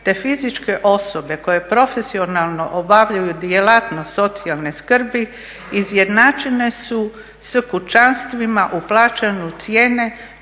te fizičke osobe koje profesionalno obavljaju djelatnost socijalne skrbi izjednačene su s kućanstvima u plaćanju cijene